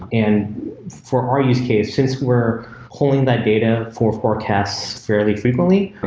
and for our use case, since we're pulling that data for forecast fairly frequently,